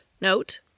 note